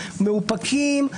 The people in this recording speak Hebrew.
מאופקים,